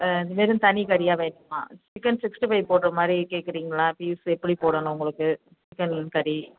வெறும் தனிக்கறியாக வேணுமா சிக்கன் சிக்ஸ்டி ஃபை போடுறமாரி கேட்குறீங்களா ஃபீஸ் எப்படி போடணும் உங்களுக்கு சிக்கன் கறி